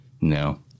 no